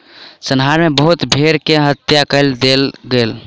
संहार मे बहुत भेड़ के हत्या कय देल गेल